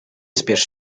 spiesz